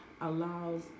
allows